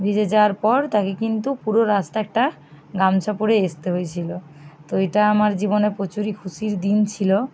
ভিজে যাওয়ার পর তাকে কিন্তু পুরো রাস্তায় একটা গামছা পরে আসতে হয়েছিল তো এটা আমার জীবনে প্রচুরই খুশির দিন ছিল